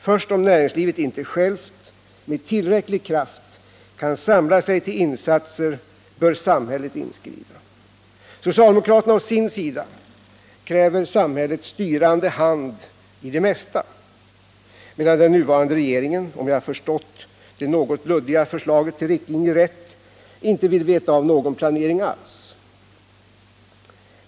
Först om näringslivet självt inte med tillräcklig kraft kan samla sig till insatser bör samhället inskrida. Socialdemokraterna å sin sida kräver samhällets styrande hand i det mesta, medan den nuvarande regeringen — om jag har förstått det något luddiga förslaget till riktlinjer rätt — inte vill veta av någon planering alls.